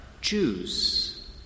Jews